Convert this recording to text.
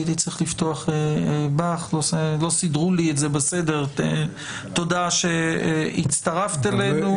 הייתי צריך לפתוח איתך, תודה שהצטרפת אלינו.